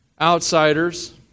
outsiders